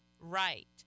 right